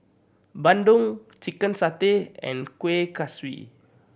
bandung chicken satay and Kuih Kaswi